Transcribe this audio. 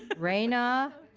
reina.